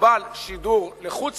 מקובל שידור לחוץ-לארץ,